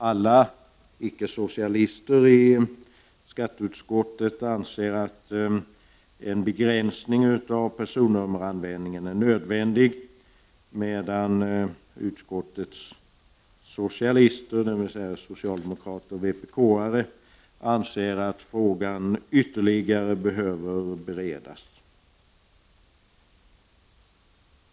Alla icke-socialister i skatteutskottet anser att en begränsning av personnummeranvändningen är nödvändig, medan utskottets socialister, dvs. socialdemokrater och vpk, anser att frågan ytterligare behöver utredas.